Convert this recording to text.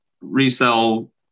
Resell